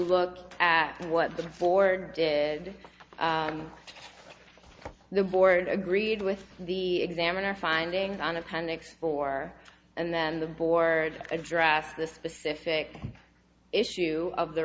look at what the ford did the board agreed with the examiner findings on appendix four and then the board address the specific issue of the